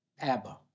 Abba